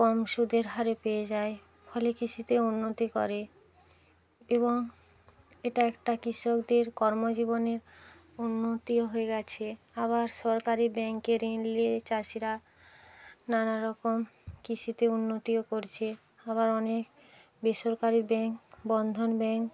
কম সুদের হারে পেয়ে যায় ফলে কৃষিতে উন্নতি করে এবং এটা একটা কৃষকদের কর্মজীবনের উন্নতিও হয়ে গেছে আবার সরকারি ব্যাঙ্কে ঋণ নিয়ে চাষীরা নানারকম কৃষিতে উন্নতিও করছে আবার অনেক বেসরকারি ব্যাঙ্ক বন্ধন ব্যাঙ্ক